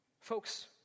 Folks